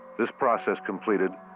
this process completed,